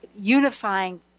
unifying